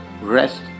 rest